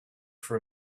for